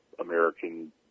American